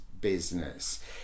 business